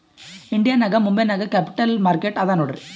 India ನಾಗ್ ಮುಂಬೈ ನಾಗ್ capital market ಅದಾ ನೋಡ್ರಿ